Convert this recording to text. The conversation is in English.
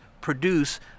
produce